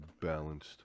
balanced